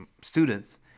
students